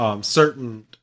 certain